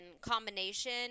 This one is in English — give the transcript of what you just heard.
combination